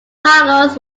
cargoes